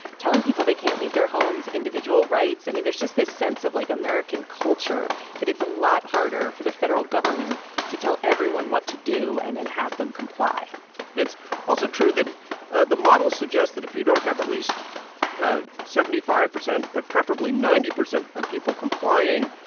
telling people they can't leave their homes, individual rights i mean, there's just this sense of, like, american culture that it's a lot harder for the federal government to tell everyone what to do and then have them comply it's also true that ah the models suggest that if you don't have at least seventy five percent but preferably ninety percent of people complying,